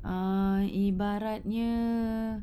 err ibaratnya